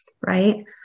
Right